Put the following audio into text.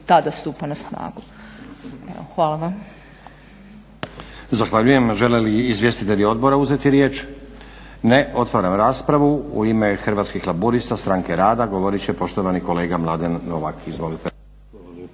tada stupa na snagu. Evo hvala vam.